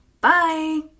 Bye